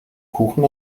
kuchen